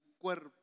cuerpo